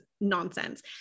nonsense